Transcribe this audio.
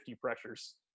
pressures